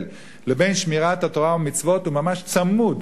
לבין שמירת התורה ומצוות הוא ממש צמוד.